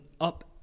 up